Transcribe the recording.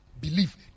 Believe